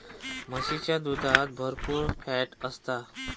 म्हशीच्या दुधात भरपुर फॅट असता